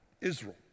Israel